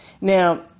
Now